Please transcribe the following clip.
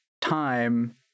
time